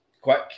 quick